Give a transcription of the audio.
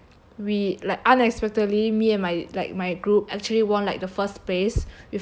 we like unexpectedly me and my like my group actually won like the first place with like a